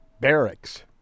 barracks